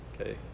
okay